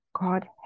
God